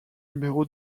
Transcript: numéro